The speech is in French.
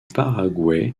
paraguay